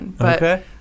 Okay